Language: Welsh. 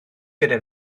gyda